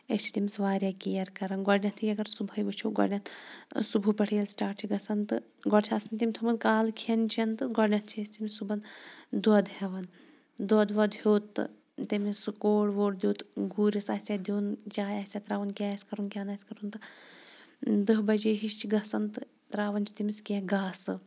أسۍ چھِ تٔمِس واریاہ کِیر کَران گۄڈنیٚتھٕے اَگَر صُبحے وُچھو گۄڈنیٚتھ صُبحہ پیٚٹھٕ ییٚلہِ سِٹاٹ چھِ گَژھان تہٕ گۄڈٕ چھِ آسان تٔمۍ تھوٚومُت کالہٕ کھیٚن چیٚن تہٕ گۄڈنیٚتھ چھِ أسۍ تٔمِس صُبحن دۄد ہیٚوان دۄد وۄد ہیٚوت تہٕ تٔمِس سُہ کوڑ ووڑ دیُت گوٗرِس آسیا دیُن چایہِ آسہِ ترٛاوُن کیٛاہ آسہِ کَرُن کیٛاہ نہٕ آسہٕ کَرُن تہٕ دٔہ بجے ہِش چھِ گَژھان تہٕ ترٛاوان چھِ تٔمِس کیٚنٛہہ گاسہٕ